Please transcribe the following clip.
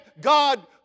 God